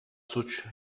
suç